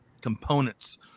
components